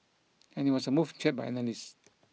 and it was a move cheered by analysts